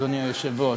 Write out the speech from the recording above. אדוני היושב-ראש,